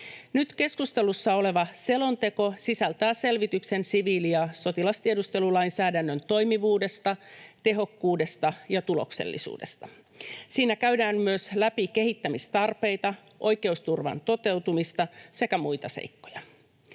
Nyt keskustelussa oleva selonteko sisältää selvityksen siviili- ja sotilastiedustelulainsäädännön toimivuudesta, tehokkuudesta ja tuloksellisuudesta. Siinä käydään myös läpi kehittämistarpeita, oikeusturvan toteutumista sekä muita seikkoja.